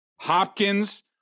Hopkins